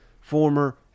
former